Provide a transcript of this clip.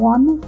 One